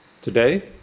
today